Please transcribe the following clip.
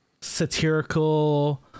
satirical